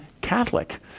Catholic